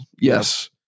yes